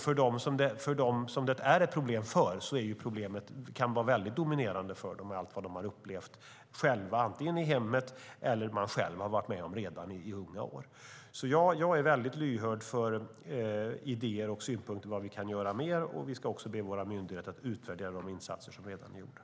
För dem som det är ett problem för kan problemet vara väldigt dominerande med allt vad de har upplevt antingen i hemmet eller som de själva varit med om redan i unga år. Jag är väldigt lyhörd för idéer och synpunkter om vad vi kan göra mer. Vi ska också be våra myndigheter att utvärdera de insatser som redan är gjorda.